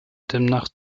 demnach